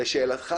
לשאלתך